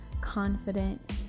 confident